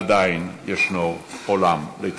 עדיין יש עולם לתקן.